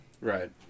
Right